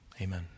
amen